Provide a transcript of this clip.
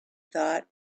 thought